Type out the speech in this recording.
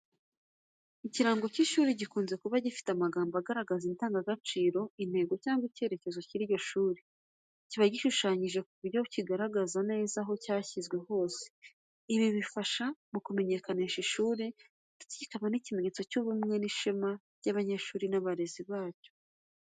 Ikirango cy'ishuri gikunze kuba gifite amagambo agaragaza indangagaciro, intego cyangwa icyerekezo cy'iryo shuri. Kiba gishushanyije ku buryo kigaragara neza aho cyashyizwe hose. Ibi bifasha mu kumenyekanisha ishuri, ndetse kikaba ikimenyetso cy'ubumwe n'ishema ku banyeshuri n'abarezi baryo.